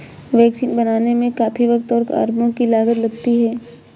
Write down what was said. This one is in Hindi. वैक्सीन बनाने में काफी वक़्त और अरबों की लागत लगती है